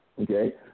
Okay